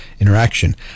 interaction